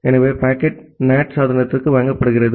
எனவே packet NAT சாதனத்திற்கு வழங்கப்படுகிறது